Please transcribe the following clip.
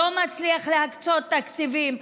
לא מצליח להקצות תקציבים,